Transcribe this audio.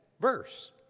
verse